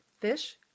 fish